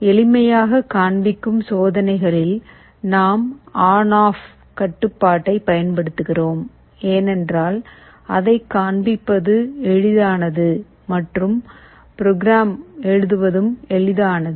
எளிமையாக காண்பிக்கும் சோதனைகளில் நாம் ஆன் ஆஃப் கட்டுப்பாட்டைப் பயன்படுத்துகிறோம் ஏனென்றால் அதைக் காண்பிப்பது எளிதானது மற்றும் ப்ரோக்ராம் எழுதுவதும் எளிதானது